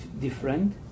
different